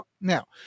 Now